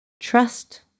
Trust